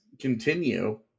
continue